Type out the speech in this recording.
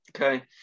okay